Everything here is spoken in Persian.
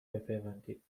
بپیوندید